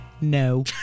No